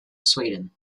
sweden